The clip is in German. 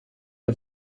der